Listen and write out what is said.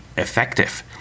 effective